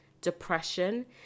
depression